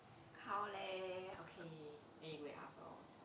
how leh okay then you go and ask lor